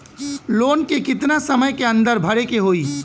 Loan के कितना समय के अंदर भरे के होई?